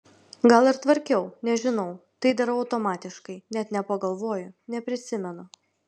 gal ir tvarkiau nežinau tai darau automatiškai net nepagalvoju neprisimenu